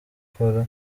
gukora